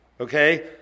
okay